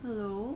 hello